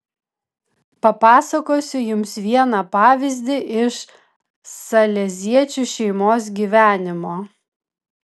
papasakosiu jums vieną pavyzdį iš saleziečių šeimos gyvenimo